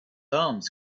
arms